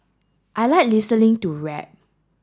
I like listening to rap